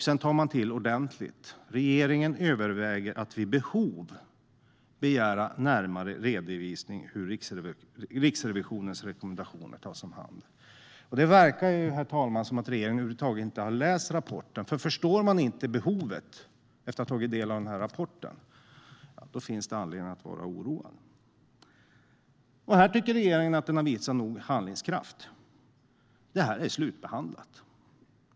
Sedan tar man i ordentligt: Regeringen överväger att vid behov begära närmare redovisning av hur Riksrevisionens rekommendationer tas om hand. Det verkar, herr talman, som att regeringen inte har läst rapporten över huvud taget. Förstår man inte behovet efter att ha tagit del av rapporten finns det anledning att vara oroad. Regeringen tycker att den har visat nog handlingskraft. Det här är slutbehandlat.